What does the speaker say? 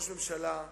כל כך הרבה טעויות,